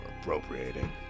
Appropriating